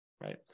right